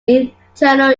internal